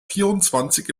vierundzwanzig